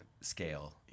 scale